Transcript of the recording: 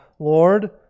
Lord